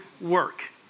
work